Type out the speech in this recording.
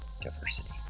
diversity